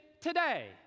today